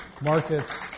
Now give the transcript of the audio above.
markets